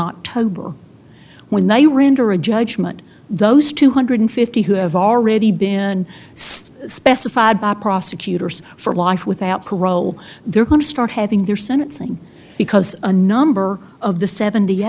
october when they render a judgment those two hundred fifty who have already been stuck specified by prosecutors for life without parole they're going to start having their sentencing because a number of the seventy